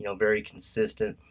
you know very consistent.